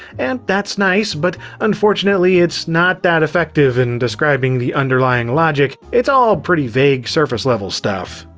and that's nice. but unfortunately it's not that effective in describing the underlying logic, it's all pretty vague surface-level stuff.